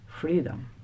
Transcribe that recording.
freedom